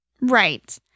Right